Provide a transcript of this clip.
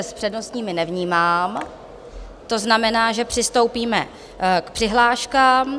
S přednostními nevnímám, to znamená, že přistoupíme k přihláškám.